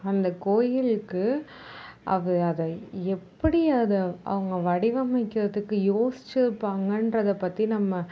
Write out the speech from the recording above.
அந்த கோயிலுக்கு அது அதை அத எப்படி அதை வடிவமைக்கிறதுக்கு யோசிச்சிருப்பாங்கன்றதை பற்றி நம்ம